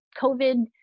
COVID